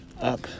up